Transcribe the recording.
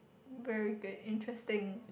very good interesting